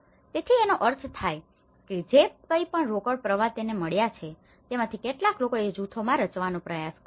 તેથી જેનો અર્થ થાય છે કે જે કંઈપણ રોકડ પ્રવાહ તેમને મળ્યા છે તેમાંથી કેટલાક લોકોએ જૂથોમાં રચવાનો પ્રયાસ કર્યો છે